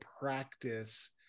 practice